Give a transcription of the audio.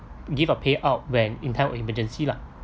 give a payout when in time of emergency lah